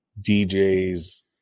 DJ's